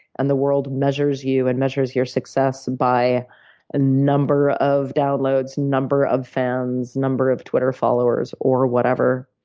and the world measures you and measures your success by ah number of downloads, number of fans, number of twitter followers or whatever.